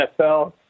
NFL